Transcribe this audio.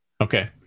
Okay